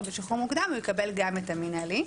בשחרור מוקדם הוא יקבל גם את המינהלי.